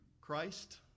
Christ